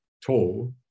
tall